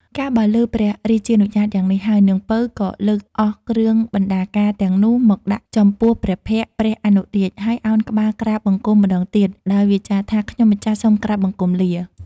កាលបើឮព្រះរាជានុញ្ញាតយ៉ាងនេះហើយ នាង ពៅ ក៏លើកអស់គ្រឿងបណ្ណាការទាំងនោះ មកដាក់ចំពោះព្រះភក្ត្រព្រះអនុរាជ ហើយឱនក្បាលក្រាបបង្គំម្ដងទៀត ដោយវាចាថា ខ្ញុំម្ចាស់សូមក្រាបបង្គំលា ។